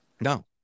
No